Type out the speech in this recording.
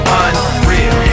unreal